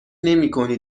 نمیکنی